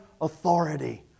authority